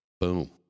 Boom